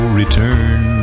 return